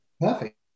Perfect